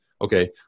Okay